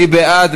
מי בעד?